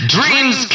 Dreams